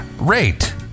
rate